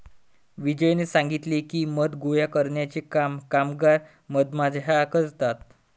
विजयने सांगितले की, मध गोळा करण्याचे काम कामगार मधमाश्या करतात